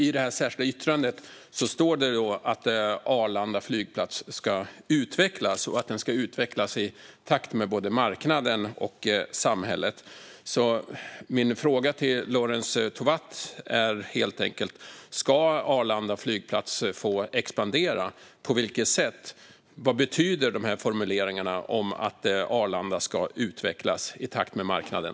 I det särskilda yttrandet står det alltså att Arlanda flygplats ska utvecklas och att den ska utvecklas i takt med både marknaden och samhället. Mina frågor till Lorentz Tovatt är helt enkelt: Ska Arlanda flygplats få expandera, och i så fall på vilket sätt? Vad betyder formuleringarna om att Arlanda ska utvecklas i takt med marknaden?